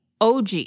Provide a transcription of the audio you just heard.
OG